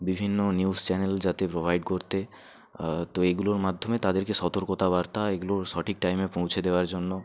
বিভিন্ন news channel যাতে provide করতে তো এগুলোর মাধ্যমে তাদেরকে সতর্কতা বার্তা এগুলোর সঠিক টাইমে পৌঁছে দেওয়ার জন্য